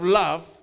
love